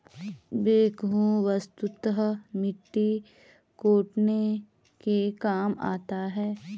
backhoe वस्तुतः मिट्टी कोड़ने के काम आता है